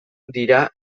dira